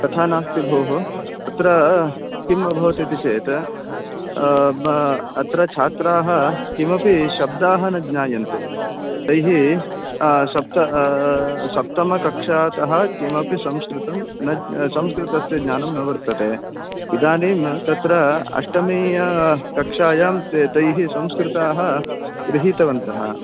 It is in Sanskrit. तथा नास्ति भोः अत्र किम् अभवत् इति चेत् अत्र छात्राः किमपि शब्दाः न ज्ञायन्ते तैः सप्त सप्तमकक्षातः किमपि संस्कृतं न ज्ञा संस्कृतस्य ज्ञानं न वर्तते इदानीम् तत्र अष्टमीय कक्षायां तैः संस्कृताः गृहितवन्तः